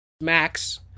Max